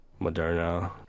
Moderna